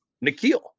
Nikhil